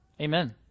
Amen